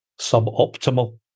suboptimal